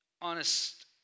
Honest